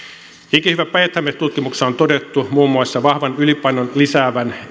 ikihyvä päijät häme tutkimuksessa on todettu muun muassa vahvan ylipainon lisäävän